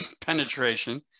penetration